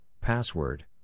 Password